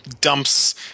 dumps